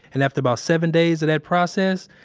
and after about seven days of that process,